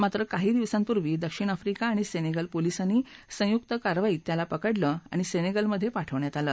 मात्र काही दिवसांपूर्वी दक्षिण आफ्रिका आणि सेनेगल पोलिसांनी संयुक्त कारवाईत त्याला पकडले आणि सेनेगलमध्ये त्याला पाठवण्यात आलं